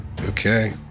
Okay